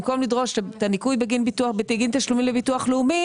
במקום לדרוש את הניכוי בגין תשלומים לביטוח לאומי